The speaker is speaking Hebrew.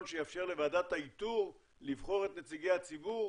שיאפשר לוועדת האיתור לבחור את נציגי הציבור